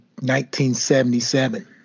1977